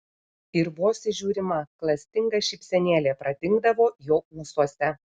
ir vos įžiūrima klastinga šypsenėlė pradingdavo jo ūsuose